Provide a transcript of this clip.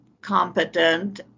competent